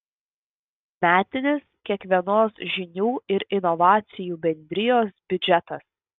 metinis kiekvienos žinių ir inovacijų bendrijos biudžetas